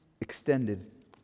extended